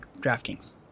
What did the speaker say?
DraftKings